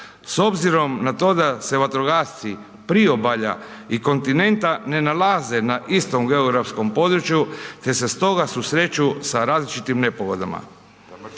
S obzirom na to da se vatrogasci priobalja i kontinenta ne nalaze na istom geografskom području te se stoga susreću sa različitim nepogodama.